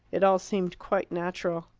it all seemed quite natural.